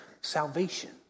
salvation